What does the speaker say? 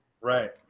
Right